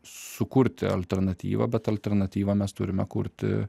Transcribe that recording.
sukurti alternatyvą bet alternatyvą mes turime kurti